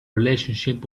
relationship